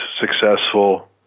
successful